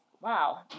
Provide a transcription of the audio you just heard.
wow